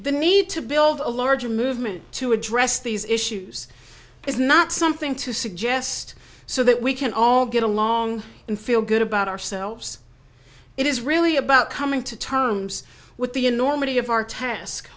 the need to build a larger movement to address these issues is not something to suggest so that we can all get along and feel good about ourselves it is really about coming to terms with the enormity of our task